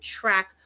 track